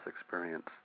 experience